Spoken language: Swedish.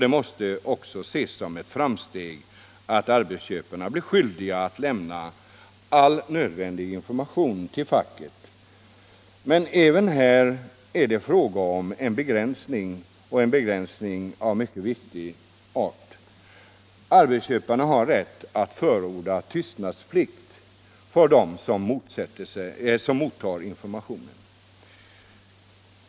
Det måste också ses som ett framsteg att arbetsköparna blir skyldiga att lämna all nödvändig information till facket. Men även här är det fråga om en begränsning och en begränsning av mycket viktig art. Arbetsköparna har rätt att förordna tystnadsplikt för dem som mottar informationen.